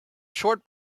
short